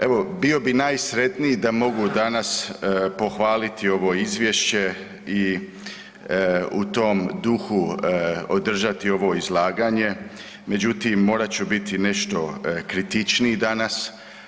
Evo bio bi najsretniji da mogu danas pohvaliti ovo izvješće i u tom duhu održati ovo izlaganje, međutim morat ću biti nešto kritičniji danas.